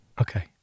Okay